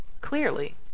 clearly